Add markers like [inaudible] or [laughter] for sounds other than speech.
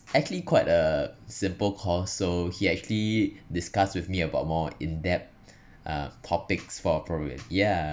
[noise] actually quite a simple course so he actually discuss with me about more in depth [breath] uh topics [noise] for probability [noise] yeah